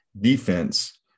defense